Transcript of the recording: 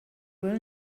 will